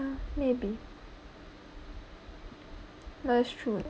maybe that's true